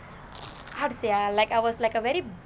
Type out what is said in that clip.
how to say ah like I was like a very